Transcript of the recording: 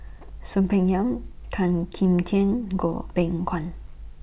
Soon Peng Yam Tan Kim Tian Goh Beng Kwan